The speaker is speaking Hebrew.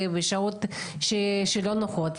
ובשעות שלא נוחות.